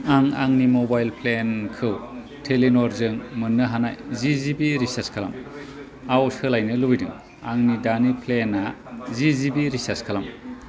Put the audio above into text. आं आंनि मबाइल प्लेनखौ टेलिनरजों मोननो हानाय जि जिबि रिसार्ज खालाम आव सोलायनो लुबैदों आंनि दानि प्लेना जि जिबि रिसार्ज खालाम